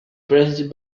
present